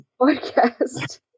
podcast